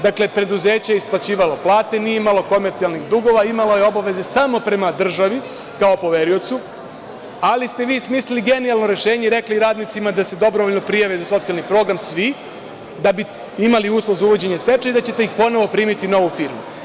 Dakle, preduzeće je isplaćivalo plate, nije imalo komercijalnih dugova, imalo je obaveze samo prema državi kao poveriocu, ali ste vi smisli genijalno rešenje i rekli radnicima da se dobrovoljno prijave za socijalni program svi da bi imali uslov za uvođenje stečaja i da ćete ih ponovo primiti u novu firmu.